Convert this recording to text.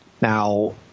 Now